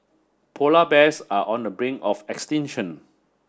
polar bears are on the brink of extinction